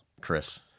Chris